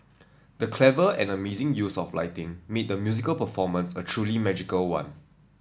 the clever and amazing use of lighting made the musical performance a truly magical one